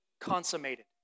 consummated